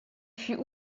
fut